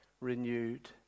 renewed